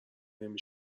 نمی